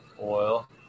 oil